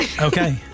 Okay